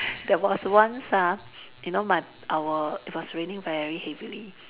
there was once ah you know my our it was raining very heavily